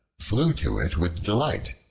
flew to it with delight.